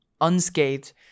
unscathed